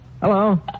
Hello